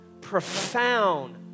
profound